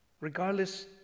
Regardless